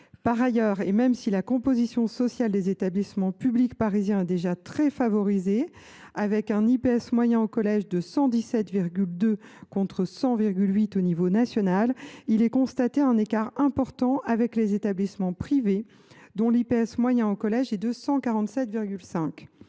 Par ailleurs, et même si la composition sociale des établissements publics parisiens est déjà très favorisée, avec un indice de position sociale (IPS) moyen au collège de 117,2, contre 100,8 au niveau national, on constate un écart important avec les établissements privés, dont l’IPS moyen au collège est de 147,5.